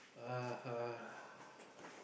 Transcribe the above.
(uh huh)